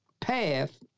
path